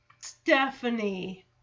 Stephanie